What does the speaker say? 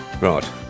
Right